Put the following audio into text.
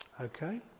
Okay